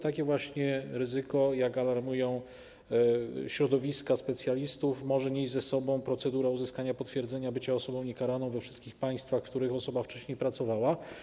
Takie właśnie ryzyko, jak alarmują środowiska specjalistów, może nieść za sobą procedura uzyskania potwierdzenia bycia osobą niekaraną we wszystkich państwach, w których osoba wcześniej pracowała.